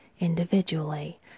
individually